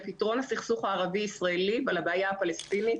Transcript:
לפתרון הסכסוך הערבי הישראלי ועל הבעיה הפלסטינית.